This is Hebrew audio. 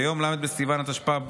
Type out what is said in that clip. ביום ל' בסיוון התשפ"ב,